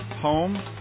home